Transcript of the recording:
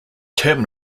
term